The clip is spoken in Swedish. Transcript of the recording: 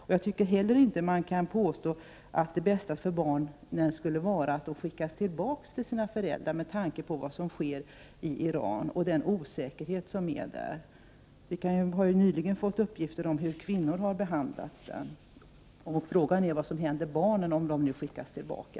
Man kan inte heller påstå att det bästa för barnen skulle vara att de skickas tillbaka till sina föräldrar, med tanke på vad som sker i Iran och den osäkerhet som råder där. Vi har ju nyligen fått uppgifter om hur kvinnor har behandlats. Frågan är vad som händer barnen om de skickas tillbaka.